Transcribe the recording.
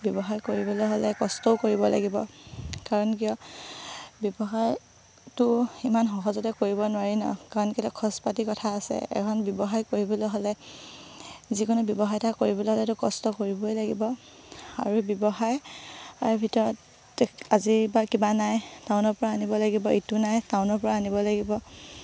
ব্যৱসায় কৰিবলৈ হ'লে কষ্টও কৰিব লাগিব কাৰণ কিয় ব্যৱসায়টো ইমান সহজতে কৰিব নোৱাৰি ন কাৰণ কিয় খৰচ পাতিৰ কথা আছে এখন ব্যৱসায় কৰিবলৈ হ'লে যিকোনো ব্যৱসায় এটা কৰিবলৈ হ'লেতো কষ্ট কৰিবই লাগিব আৰু ব্যৱসায় ভিতৰত আজিৰ বা কিবা নাই টাউনৰপৰা আনিব লাগিব ইটো নাই টাউনৰপৰা আনিব লাগিব